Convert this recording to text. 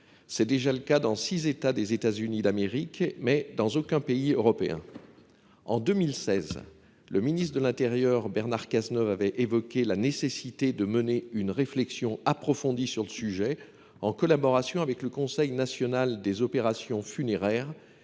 est effective dans six États des États Unis d’Amérique, mais dans aucun pays européen. En 2016, le ministre de l’intérieur Bernard Cazeneuve avait évoqué la nécessité de mener une réflexion approfondie sur le sujet, en collaboration avec le Conseil national des opérations funéraires